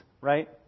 right